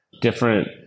different